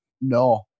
No